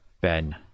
Ben